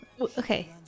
okay